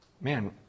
man